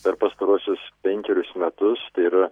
per pastaruosius penkerius metus tai yra